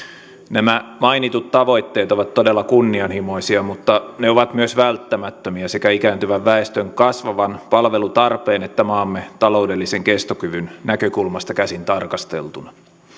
nämä mainitut tavoitteet ovat todella kunnianhimoisia mutta ne ovat myös välttämättömiä sekä ikääntyvän väestön kasvavan palvelutarpeen että maamme ta loudellisen kestokyvyn näkökulmasta käsin tarkasteltuna